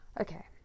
Okay